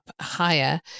higher